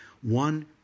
One-